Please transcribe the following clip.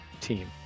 team